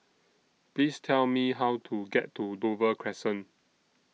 Please Tell Me How to get to Dover Crescent